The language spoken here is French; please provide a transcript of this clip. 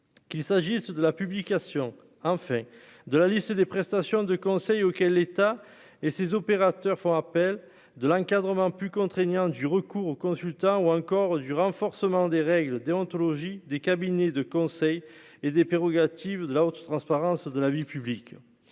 qu'il s'agisse de la publication, en fait, de la liste des prestations de conseil auxquelles l'État et ses opérateurs font appel de l'encadrement plus contraignant du recours aux consultants ou encore du renforcement des règles déontologies des cabinets de conseil et des prérogatives de la haute transparence de la vie publique,